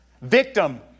victim